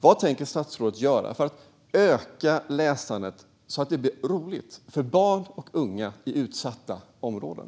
Vad tänker statsrådet göra för att öka läsandet så att det blir roligt för barn och unga i utsatta områden?